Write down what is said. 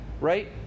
right